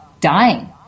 dying